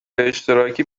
اشتراکی